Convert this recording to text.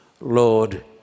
Lord